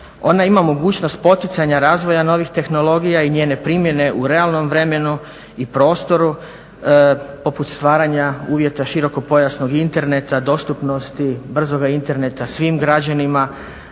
Ona ima mogućnost poticanja razvoja novih tehnologija i njene primjene u realnom vremenu i prostoru poput stvaranja uvjeta širokopojasnog interneta, dostupnosti, brzoga interneta svim građanima,